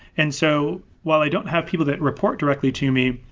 and so while i don't have people that report directly to me,